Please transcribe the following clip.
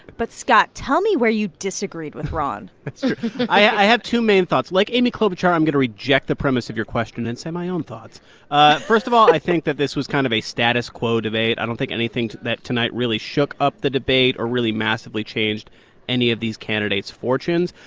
but, scott, tell me where you disagreed with ron i have two main thoughts. like amy klobuchar, i'm going to reject the premise of your question and say my own thoughts first of all, i think that this was kind of a status quo debate. i don't think anything tonight really shook up the debate or really massively changed any of these candidates' fortunes.